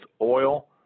oil